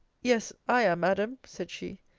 yes, i am, madam, said she,